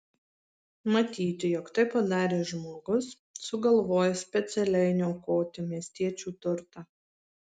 matyti jog tai padarė žmogus sugalvojęs specialiai niokoti miestiečių turtą